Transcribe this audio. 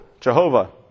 Jehovah